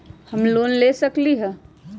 हम लोन ले सकील?